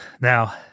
Now